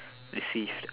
received